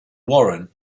warren